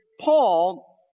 Paul